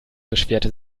beschwerte